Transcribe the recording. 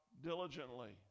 diligently